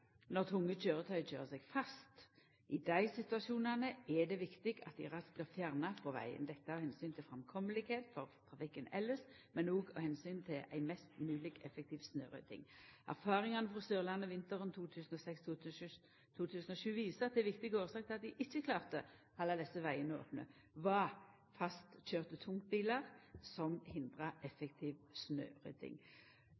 når tunge køyretøy køyrer seg fast. I dei situasjonane er det viktig at dei raskt blir fjerna frå vegen – dette av omsyn til framkome for trafikken elles, men òg av omsyn til ei mest mogleg effektiv snørydding. Erfaringane frå Sørlandet vinteren 2006/2007 viser at ei viktig årsak til at dei ikkje klarte å halda desse vegane opne, var fastkøyrde tungbilar som